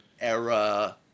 era